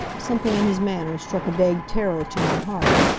something in his manner struck a vague terror to my heart.